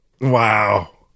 Wow